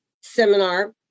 seminar